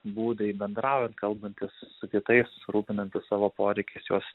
būdai bendraujant kalbantis su kitais rūpinantis savo poreikiais juos